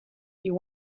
you